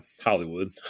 Hollywood